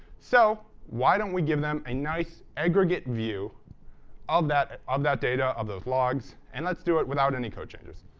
so why don't we give them a nice, aggregate view um of that data of those logs and let's do it without any code changes.